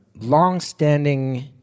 longstanding